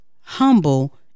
humble